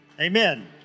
amen